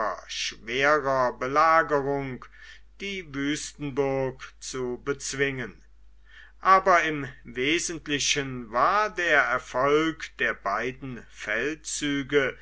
schwerer belagerung die wüstenburg zu bezwingen aber im wesentlichen war der erfolg der beiden feldzüge